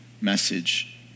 message